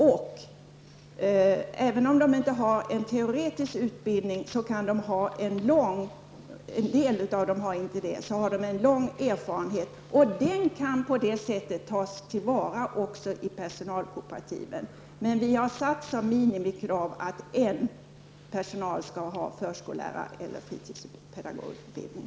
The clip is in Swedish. De saknar kanske teoretisk utbildning, men de kan ha en lång erfarenhet. Denna kan också tas till vara i personalkooperativen, men vi har satt som minimikrav att en bland personalen skall ha förskollärar eller fritidspedagogutbildning.